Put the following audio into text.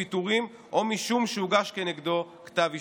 פיטורים ואם משום שהוגש כנגדו כתב אישום.